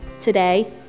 today